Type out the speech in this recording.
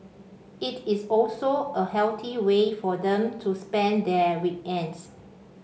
it is also a healthy way for them to spend their weekends